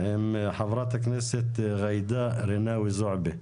חברת הכנסת ג'ידא רינאוי זועבי,